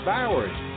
Bowers